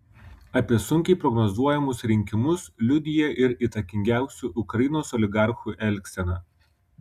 apie sunkiai prognozuojamus rinkimus liudija ir įtakingiausių ukrainos oligarchų elgsena